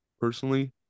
personally